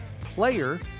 player